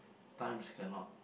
times cannot